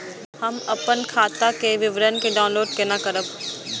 हम अपन खाता के विवरण के डाउनलोड केना करब?